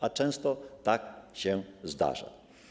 A często tak się zdarza.